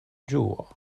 ĝuo